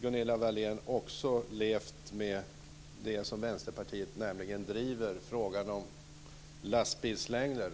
Gunilla Wahlén och Vänsterpartiet drivit frågan om lastbilslängder.